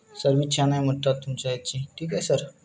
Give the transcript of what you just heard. सर्वि छान आहे म्हणतात तुमचायची ठीक आहे सर